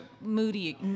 moody